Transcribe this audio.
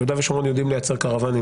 ביהודה ושומרון יודעים לייצר קרוואנים